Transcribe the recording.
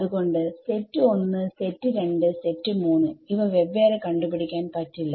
അതുകൊണ്ട് set 1 set 2 set 3 ഇവ വെവ്വേറെ കണ്ടു പിടിക്കാൻ പറ്റില്ല